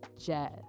Jazz